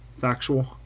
Factual